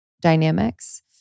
dynamics